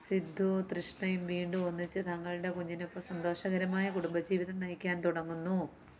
സിദ്ദൂ തൃഷ്ണയും വീണ്ടും ഒന്നിച്ച് തങ്ങളുടെ കുഞ്ഞിനൊപ്പം സന്തോഷകരമായ കുടുമ്പ ജീവിതം നയിക്കാൻ തുടങ്ങുന്നു